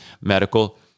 medical